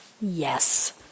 Yes